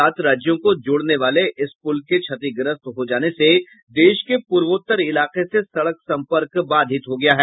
सात राज्यों को जोड़ने वाले इस पुल के क्षतिग्रस्त हो जानेसे देश के पूर्वोत्तर इलाके से सड़क संपर्क बाधित हो गया है